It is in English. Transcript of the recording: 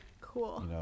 cool